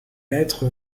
lettre